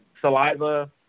Saliva